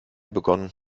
begonnen